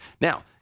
Now